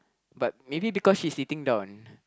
but maybe because she is sitting down